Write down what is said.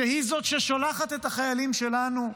שהיא זאת ששולחת את החיילים שלנו לקרב,